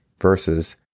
Versus